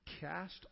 Cast